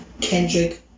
Kendrick